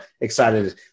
excited